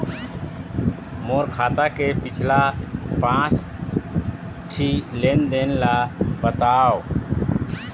मोर खाता के पिछला पांच ठी लेन देन ला बताव?